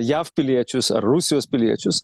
jav piliečius ar rusijos piliečius